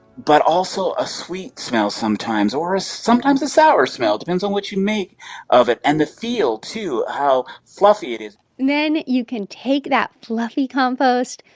but also a sweet smell sometimes or ah sometimes a sour smell depends on what you make of it and the feel, too how fluffy it is then you can take that fluffy compost,